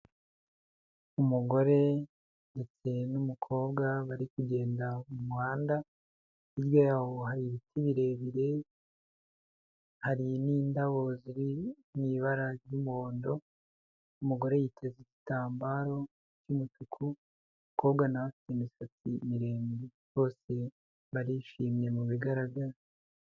Umugore ndetse n'umukobwa bari kugenda mu muhanda, hirya yaho hari ibiti birebire, hari n'indabo ziri mu ibara ry'umuhondo, umugore yiteze igitambaro cy'umutuku, umukobwa nawe afite imisatsi miremire, bose barishimye mu bigaragara.